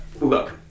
look